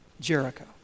Jericho